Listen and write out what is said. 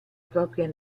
propria